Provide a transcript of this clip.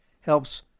helps